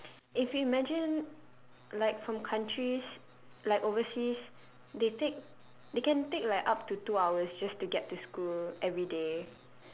if we imagine like from countries like overseas they take they can take like up to two hours just to get to school everyday